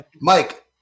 Mike